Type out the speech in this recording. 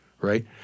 Right